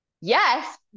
Yes